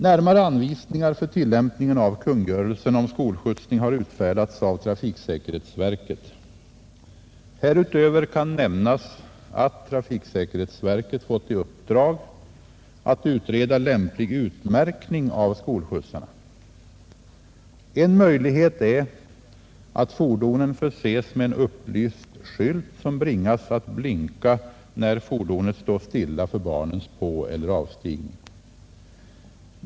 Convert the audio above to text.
Närmare anvisningar för tillämpningen av kungörelsen om skolskjutsning har utfärdats av trafiksäkerhetsverket. Härutöver kan nämnas att trafiksäkerhetsverket fått i uppdrag att utreda lämplig utmärkning av skolskjutsarna. En möjlighet är att fordonen förses med en upplyst skylt som bringas att blinka när fordonet står stilla för barnens påeller avstigning.